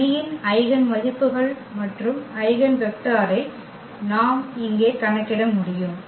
இந்த அணியின் ஐகென் மதிப்புகள் மற்றும் ஐகென் வெக்டரை நாம் இங்கே கணக்கிட வேண்டும்